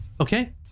Okay